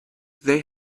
they